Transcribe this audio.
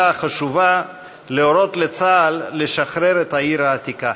החשובה להורות לצה"ל לשחרר את העיר העתיקה.